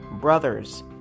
brothers